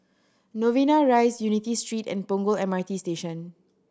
Novena Rise Unity Street and Punggol M R T Station